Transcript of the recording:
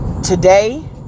Today